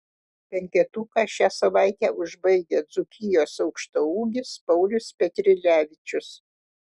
penketuką šią savaitę užbaigia dzūkijos aukštaūgis paulius petrilevičius